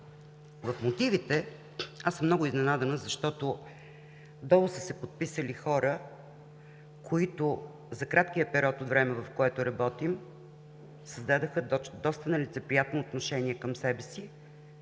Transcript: от мотивите, защото отдолу са се подписали хора, които за краткия период от време, в което работим, създадоха доста нелицеприятно отношение към себе си